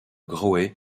graulhet